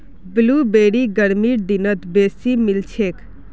blueberry गर्मीर दिनत बेसी मिलछेक